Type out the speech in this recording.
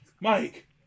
Mike